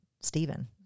Stephen